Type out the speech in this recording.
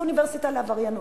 זו אוניברסיטה לעבריינות,